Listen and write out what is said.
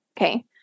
Okay